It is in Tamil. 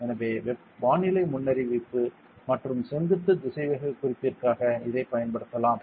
எனவே வானிலை முன்னறிவிப்பு மற்றும் செங்குத்து திசைவேகக் குறிப்பிற்காக இதைப் பயன்படுத்தலாம்